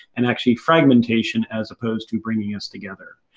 and actually fragmentation as opposed to bringing us together.